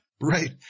Right